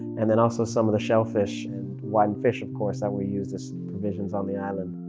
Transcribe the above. and then also some of the shellfish and whiting fish of course that were used as provisions on the island.